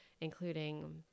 including